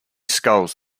skulls